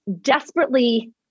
desperately